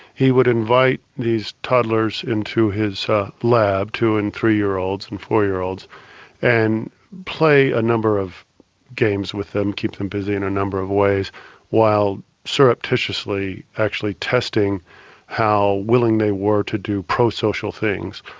he would invite these toddlers into his lab, lab, two and three year olds and four year olds and play a number of games with them, keep them busy in a number of ways while surreptitiously actually testing how willing they were to do pro social things.